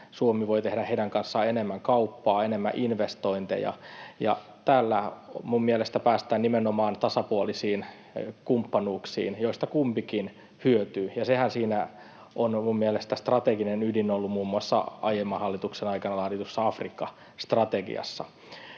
Suomi voi tehdä heidän kanssaan enemmän kauppaa, enemmän investointeja, ja tällä minun mielestäni päästään nimenomaan tasapuolisiin kumppanuuksiin, joista kumpikin hyötyy, ja sehän siinä minun mielestäni strateginen ydin on ollut, muun muassa aiemman hallituksen aikana laaditussa Afrikka-strategiassa.